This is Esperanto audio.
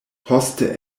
poste